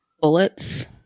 bullets